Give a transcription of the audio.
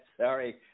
Sorry